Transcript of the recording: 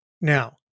now